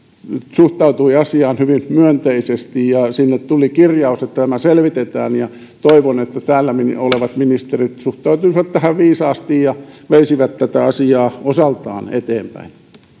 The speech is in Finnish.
suhtautui asiaan hyvin myönteisesti ja sinne tuli kirjaus että tämä selvitetään toivon että täällä olevat ministerit suhtautuisivat tähän viisaasti ja veisivät tätä asiaa osaltaan eteenpäin